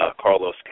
Carlos